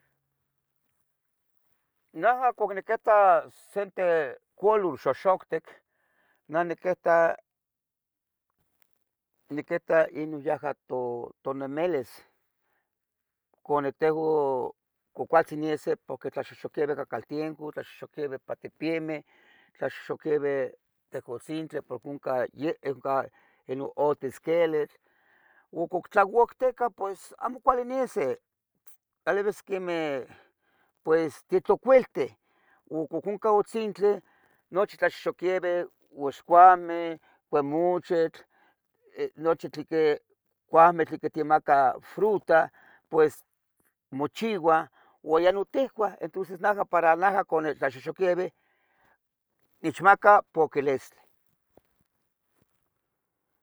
Naha cuac niquita sente queloh xoxoctic, neh niquita, niquita ino yaha to tonemilis, cuani tehua cuacualtzin isqui poqui tlaxoxoquebi cacaltenco, tlaxoxoquebi ipa tipiemeh, tlaxoxoquebi tehgutzintli poque onca ye, onca ino otis quelitl, ucuc tlabacticah pues, amo cuali nisi tlalibis quemeh pues titlaocuilti, ucuc onca gutzintli, nochi tlaxoxoquebi, uaxcoameh, cuemochitl, nochi tli couameh tli que te maca fruta, pues mochiua ua yeh nun tihcua, entunces naha para naha cuano tlaxoxoquebi nechmaca poquilistleh